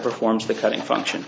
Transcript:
performs the cutting function